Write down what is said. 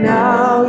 now